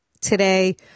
today